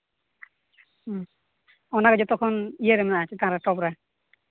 ᱚᱱᱟ ᱨᱮ ᱡᱚᱛᱚ ᱠᱷᱚᱱ ᱤᱭᱟᱹ ᱨᱮ ᱢᱮᱱᱟᱜᱼᱟ ᱪᱮᱛᱟᱱ ᱨᱮ ᱴᱚᱯ ᱨᱮ